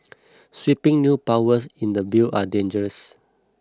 sweeping new powers in the bill are dangerous